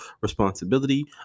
responsibility